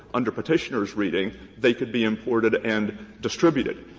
under petitioner's reading they could be imported and distributed.